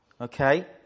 okay